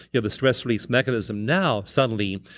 you have the stress release mechanism. now, suddenly,